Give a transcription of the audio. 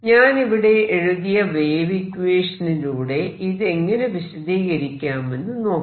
ഞാനിവിടെ എഴുതിയ വേവ് ഇക്വേഷനിലൂടെ ഇതെങ്ങനെ വിശദീകരിക്കാമെന്നു നോക്കാം